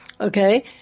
Okay